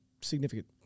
significant